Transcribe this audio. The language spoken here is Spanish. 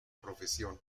profesión